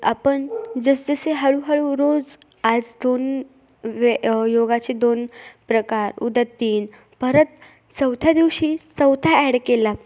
आपण जस जसे हळूहळू रोज आज दोन वे योगाचे दोन प्रकार उद्या तीन परत चौथ्या दिवशी चौथा ॲड केला